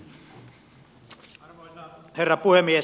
arvoisa herra puhemies